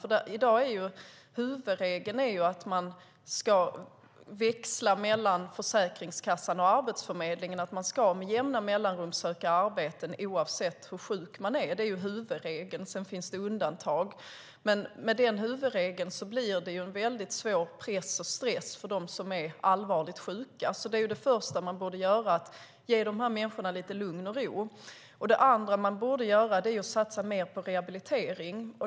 I dag är huvudregeln att man ska växla mellan Försäkringskassan och Arbetsförmedlingen och att man med jämna mellanrum ska söka arbete oavsett hur sjuk man är. Detta är huvudregeln, och sedan finns det undantag. Med denna huvudregel blir det en svår press och stress för dem som är allvarligt sjuka. Det första vi borde göra är att ge dessa människor lite lugn och ro. Det andra vi borde göra är att satsa mer på rehabilitering.